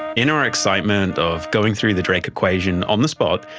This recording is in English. in our excitement of going through the drake equation on-the-spot,